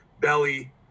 belly